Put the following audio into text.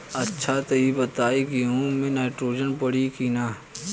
अच्छा त ई बताईं गेहूँ मे नाइट्रोजन पड़ी कि ना?